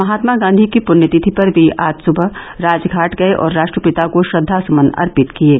महात्मा गांधी की पृण्यतिथि पर वे आज सुबह राजघाट गये और राष्ट्रपिता को श्रद्वा सुमन अर्पित किये